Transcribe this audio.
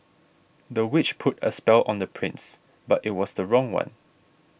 the witch put a spell on the prince but it was the wrong one